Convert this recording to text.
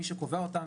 מי שקובע אותם,